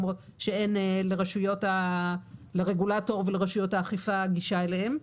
שאין לרגולטור ולרשויות האכיפה גישה אליו.